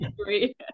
Agree